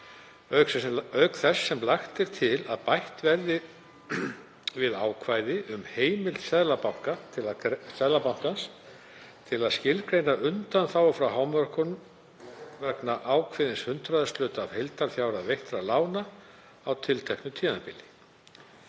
auk þess sem lagt er til að bætt verði við ákvæði um heimild Seðlabankans til að skilgreina undanþágur frá hámörkunum vegna ákveðins hundraðshluta af heildarfjárhæð veittra lána á tilteknu tímabili.